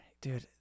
dude